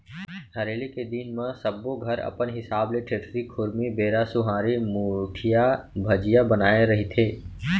हरेली के दिन म सब्बो घर अपन हिसाब ले ठेठरी, खुरमी, बेरा, सुहारी, मुठिया, भजिया बनाए रहिथे